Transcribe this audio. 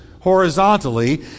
horizontally